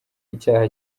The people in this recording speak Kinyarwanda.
icyaha